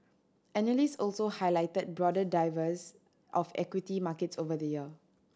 analyst also highlighted broader divers of equity markets over the year